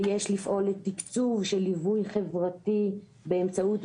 ויש לפעול לתקצוב של ליווי חברתי באמצעות,